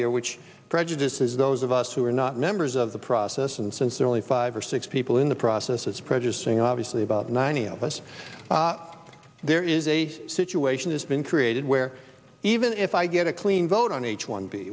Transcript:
here which prejudices those of us who are not members of the process and since they're only five or six people in the process as prejudicing obviously about ninety of us there is a situation that's been created where even if i get a clean vote on h one b